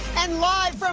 and live